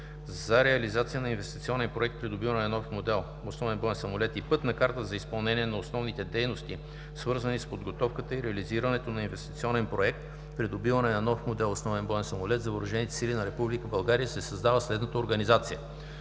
за реализация на Инвестиционен проект „Придобиване на нов модел основен боен самолет“ и „Пътна карта за изпълнение на основните дейности, свързани с подготовката и реализирането на Инвестиционен проект „Придобиване на нов модел основен боен самолет“ за въоръжените сили на Република България“ се създава следната организация: